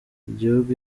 igihugu